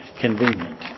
convenient